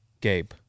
Gabe